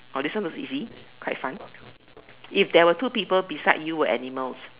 oh this one was easy quite fun if there were two people beside you were animals